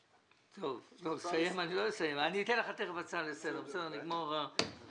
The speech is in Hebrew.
טוב, אני מתכבד לפתוח את ישיבת ועדת הכספים.